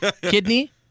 Kidney